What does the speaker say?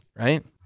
right